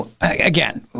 again